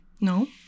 No